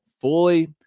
fully